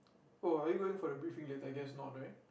oh are you going for the briefing later I guess not right